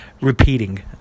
repeating